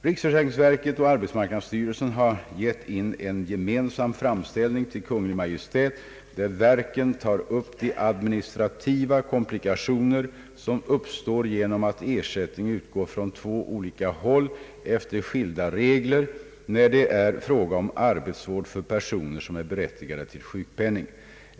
Riksförsäkringsverket och = arbetsmarknadsstyrelsen har gett in en gemensam framställning till Kungl. Maj:t där verken tar upp de administrativa komplikationer som uppstår genom att ersättning utgår från två olika håll efter skilda regler när det är fråga om arbetsvård för personer som är berättigade till sjukpenning.